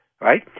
Right